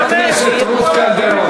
חברת הכנסת רות קלדרון.